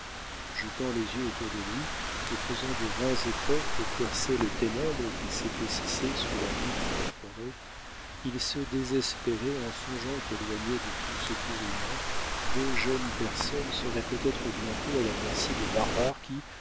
jetant les yeux autour de lui et faisant de vains efforts pour percer les ténèbres qui s'épaississaient sous la voûte de la forêt il se désespérait en songeant qu'éloignées de tout secours humain deux jeunes personnes seraient peut-être bientôt à la merci de barbares qui